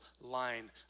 line